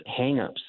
hangups